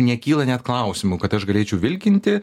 nekyla net klausimų kad aš galėčiau vilkinti